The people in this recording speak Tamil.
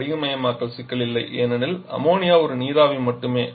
படிகமயமாக்கல் சிக்கல் இல்லை ஏனெனில் அம்மோனியா ஒரு நீராவி மட்டுமே